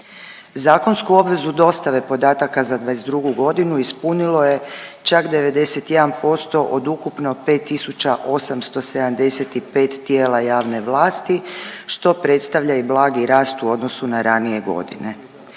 Zakonsku obvezu dostave podataka za '22.g. ispunilo je čak 91% od ukupno 5.875 tijela javne vlasti što predstavlja i blagi rast u odnosu na ranije godine.